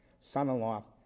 son-in-law